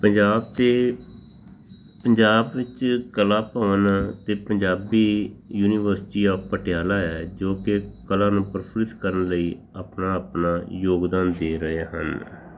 ਪੰਜਾਬ ਦੇ ਪੰਜਾਬ ਵਿੱਚ ਕਲਾ ਭਵਨ ਅਤੇ ਪੰਜਾਬੀ ਯੂਨੀਵਰਸਿਟੀ ਆਫ ਪਟਿਆਲਾ ਹੈ ਜੋ ਕਿ ਕਲਾ ਨੂੰ ਪ੍ਰਫੁੱਲਿਤ ਕਰਨ ਲਈ ਆਪਣਾ ਆਪਣਾ ਯੋਗਦਾਨ ਦੇ ਰਹੇ ਹਨ